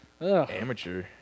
Amateur